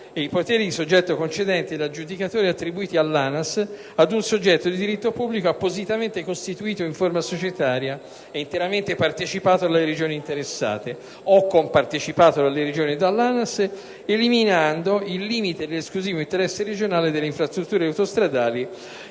e i poteri di soggetto concedente ed aggiudicatore attribuiti all'ANAS ad un soggetto di diritto pubblico appositamente costituito in forma societaria e interamente partecipato dalle Regioni interessate o compartecipato dalle Regioni e dall'ANAS, eliminando il limite dell'esclusivo interesse regionale delle infrastrutture autostradali